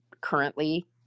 currently